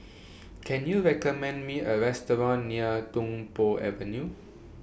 Can YOU recommend Me A Restaurant near Tung Po Avenue